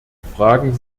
fragen